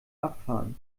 abfahren